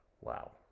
Wow